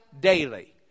daily